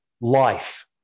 life